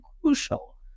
crucial